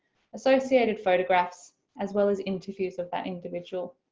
associated photographs as well as interviews of that individual.